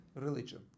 religion